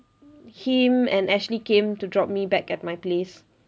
him and ashley came to drop me back at my place